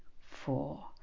four